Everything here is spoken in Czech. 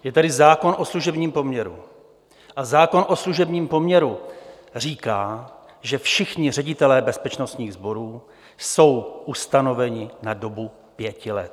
Je tady zákon o služebním poměru a zákon o služebním poměru říká, že všichni ředitelé bezpečnostních sborů jsou ustanoveni na dobu pěti let.